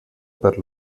per